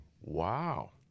wow